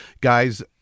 guys